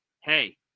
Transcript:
Hey